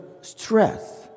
stress